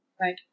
Right